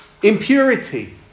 Impurity